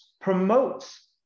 promotes